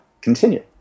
continue